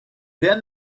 then